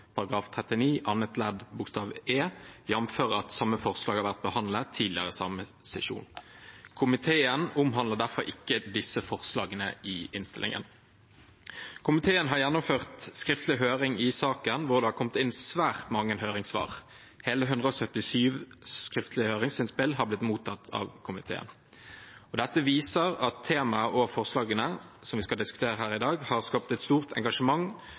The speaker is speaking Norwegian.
§ 39 annet ledd bokstav e, jf. at samme forslag har vært behandlet tidligere i samme sesjon. Komiteen omtaler derfor ikke disse forslagene i innstillingen. Komiteen har gjennomført skriftlig høring i saken, og det har kommet inn svært mange høringssvar. Hele 177 skriftlige høringsinnspill har blitt mottatt av komiteen. Dette viser at temaet og forslagene som vi skal diskutere her i dag, har skapt et stort engasjement